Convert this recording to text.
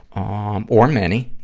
um, or many.